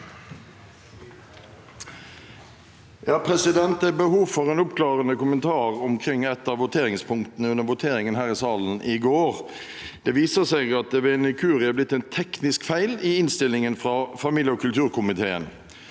(H) Det er behov for en oppklarende kommentar omkring et av voteringspunktene under voteringen her i salen i går. Det viser seg at det ved en inkurie er blitt en teknisk feil i innstillingen fra familieog kulturkomiteen.